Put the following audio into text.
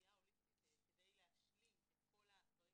עשייה הוליסטית כדי להשלים את כל הדברים